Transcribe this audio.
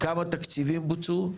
כמה תקציבים בוצעו?